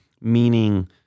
meaning